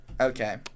Okay